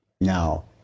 Now